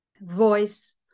voice